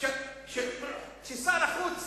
ששר החוץ